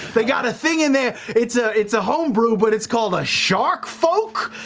they got a thing in there. it's ah it's a home brew, but it's called a sharkfolk?